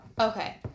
Okay